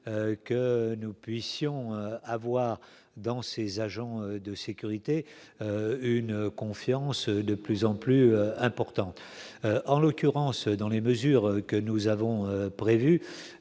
que nous puissions avoir dans ses agents de sécurité, une confiance de plus en plus importante, en l'occurrence dans les mesures que nous avons prévu,